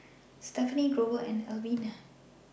Stefanie Grover and Alvena